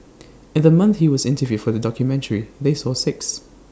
in the month he was interviewed for the documentary they saw six